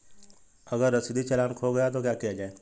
अगर रसीदी चालान खो गया तो क्या किया जाए?